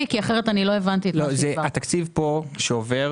התקציב שעובר